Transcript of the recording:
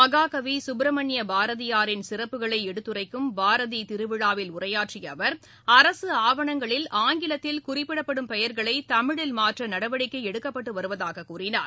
மகாகவி சுப்பிரமணிய பாரதியாரின் சிறப்புகளை எடுத்துரைக்கும் பாரதி திருவிழாவில் உரையாற்றிய அவர் அரசு ஆவணங்களில் ஆங்கிலத்தில் குறிப்பிடப்படும் பெயர்களை தமிழில் மாற்ற நடவடிக்கை எடுக்கப்பட்டு வருவதாக கூறினார்